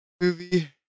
Movie